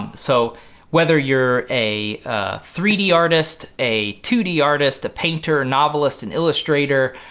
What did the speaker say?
so whether you're a three d artist, a two d artist, a painter, novelist, an illustrator,